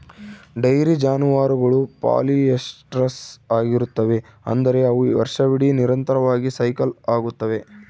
dairy ಜಾನುವಾರುಗಳು polyestrous ಆಗಿರುತ್ತವೆ, ಅಂದರೆ ಅವು ವರ್ಷವಿಡೀ ನಿರಂತರವಾಗಿ ಸೈಕಲ್ ಆಗುತ್ತವೆ